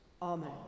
Amen